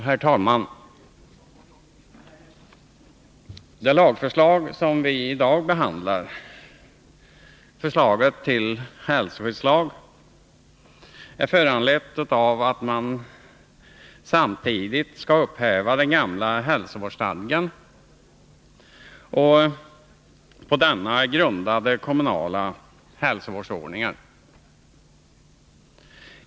Herr talman! Det lagförslag som vi i dag behandlar, förslaget till hälsoskyddslag, är föranlett av att man samtidigt skall upphäva den gamla hälsovårdsstadgan och på denna grundade kommunala hälsovårdsordningar.